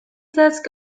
desk